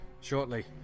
shortly